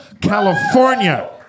California